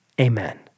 Amen